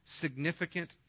significant